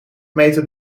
meter